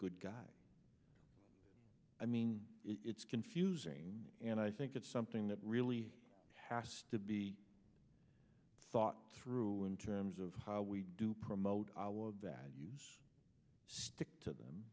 good guy i mean it's confusing and i think it's something that really has to be thought through in terms of how we do promote our values stick to them